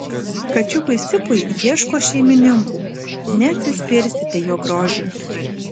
kačiukui sipui ieško šeimininkų neatsispirsite jo grožiui